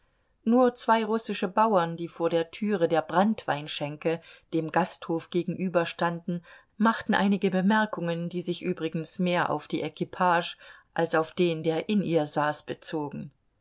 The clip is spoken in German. nur zwei russische bauern die vor der türe der branntweinschenke dem gasthof gegenüber standen machten einige bemerkungen die sich übrigens mehr auf die equipage als auf den der in ihr saß bezogen